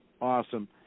Awesome